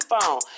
phone